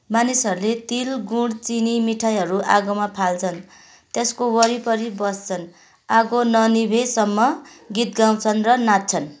मानिसहरूले तिल गुँड चिनी मिठाईहरू आगोमा फाल्छन् त्यसको वरिपरि बस्छन् आगो ननिभेसम्म गीत गाउँछन् र नाच्छन्